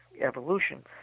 evolution